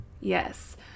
Yes